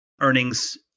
Earnings